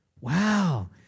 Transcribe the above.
Wow